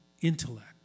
intellect